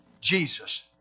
Jesus